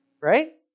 Right